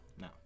no